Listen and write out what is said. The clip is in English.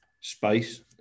space